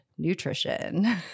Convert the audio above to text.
Nutrition